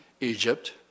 Egypt